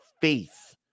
faith